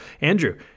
andrew